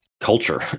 culture